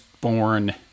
born